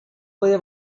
puede